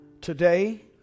Today